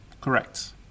Correct